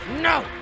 No